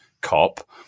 COP